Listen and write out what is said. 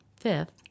Fifth